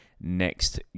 next